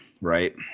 right